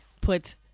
put